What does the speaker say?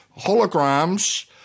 holograms